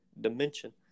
dimension